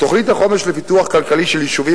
תוכנית החומש לפיתוח כלכלי של יישובים